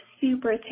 super